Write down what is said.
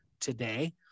today